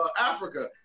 Africa